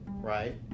right